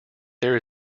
there